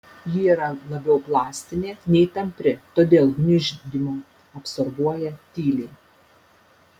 ji yra labiau plastinė nei tampri todėl gniuždymą absorbuoja tyliai